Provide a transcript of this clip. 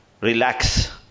Relax